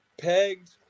pegged